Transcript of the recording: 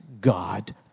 God